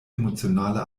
emotionale